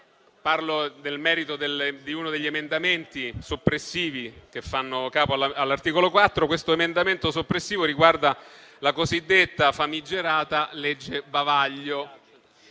parlo del merito di uno degli emendamenti soppressivi che fanno capo all'articolo 4. Questo emendamento soppressivo riguarda la cosiddetta famigerata legge bavaglio,